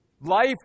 Life